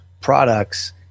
products